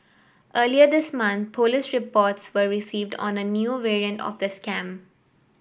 earlier this month police reports were received on the new variant of the scam